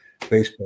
Facebook